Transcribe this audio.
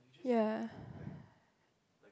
yeah